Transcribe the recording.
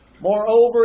Moreover